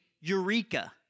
Eureka